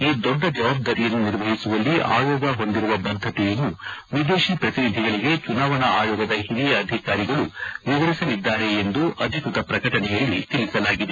ಈ ದೊಡ್ಡ ಜವಾಬ್ದಾರಿಯನ್ನು ನಿರ್ವಹಿಸುವಲ್ಲಿ ಆಯೋಗ ಹೊಂದಿರುವ ಬದ್ದತೆಯನ್ನು ವಿದೇಶಿ ಪ್ರತಿನಿಧಿಗಳಿಗೆ ಚುನಾವಣಾ ಆಯೋಗದ ಹಿರಿಯ ಅಧಿಕಾರಿಗಳು ವಿವರಿಸಲಿದ್ದಾರೆ ಎಂದು ಅಧಿಕೃತ ಪ್ರಕಟಣೆಯಲ್ಲಿ ತಿಳಿಸಲಾಗಿದೆ